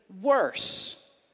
worse